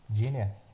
genius